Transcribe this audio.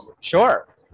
sure